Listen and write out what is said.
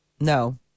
No